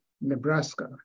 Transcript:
Nebraska